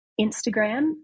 Instagram